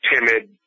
timid